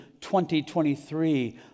2023